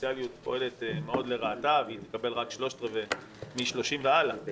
הדיפרנציאליות פועלת מאוד לרעתה והיא תקבל רק ¾ מ-30 והלאה.